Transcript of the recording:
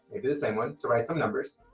maybe the same one to write some numbers,